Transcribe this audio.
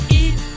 eat